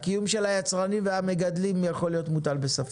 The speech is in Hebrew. הקיום של היצרנים והמגדלים יכול להיות מוטל בספק.